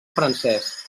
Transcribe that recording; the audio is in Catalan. francès